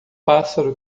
pássaro